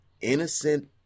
innocent